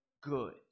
good